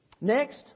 Next